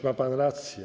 Ma pan rację.